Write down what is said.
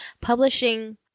publishing